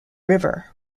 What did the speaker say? river